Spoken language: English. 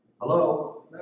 Hello